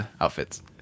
outfits